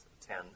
Ten